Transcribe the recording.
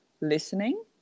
listening